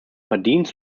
verdienst